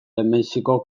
lehenbiziko